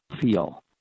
feel